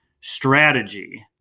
strategy